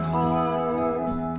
heart